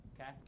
okay